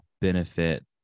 benefit